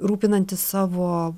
rūpinantis savo